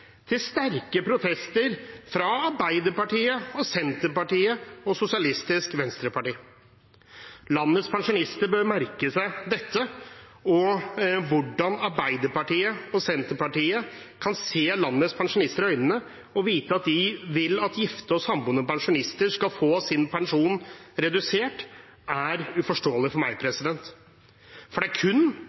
til sterke protester fra Arbeiderpartiet, Senterpartiet og Sosialistisk Venstreparti. Landets pensjonister bør merke seg dette. Hvordan Arbeiderpartiet og Senterpartiet kan se landets pensjonister i øynene og vite at de vil at gifte og samboende pensjonister skal få sin pensjon redusert, er uforståelig for meg. For det er kun